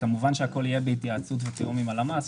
כמובן הכול יהיה בהתייעצות ותיאום עם הלמ"ס,